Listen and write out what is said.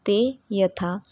ते यथा